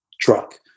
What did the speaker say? truck